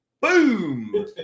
Boom